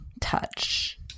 touch